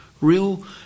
real